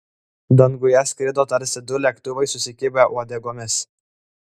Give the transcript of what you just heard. danguje skrido tarsi du lėktuvai susikibę uodegomis